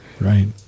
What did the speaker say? Right